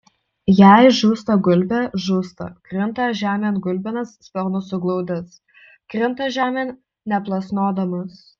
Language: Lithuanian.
jei žūsta gulbė žūsta krinta žemėn gulbinas sparnus suglaudęs krinta žemėn neplasnodamas